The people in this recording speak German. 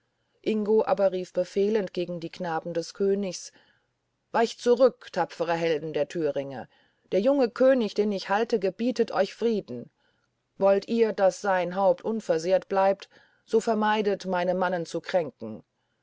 ingo aber rief befehlend gegen die knaben des königs weicht zurück tapfere helden der thüringe der junge könig den ich halte gebietet euch frieden wollt ihr daß sein haupt unversehrt bleibe so vermeidet meine mannen zu kränken